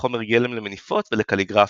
כחומר גלם למניפות ולקליגרפיה.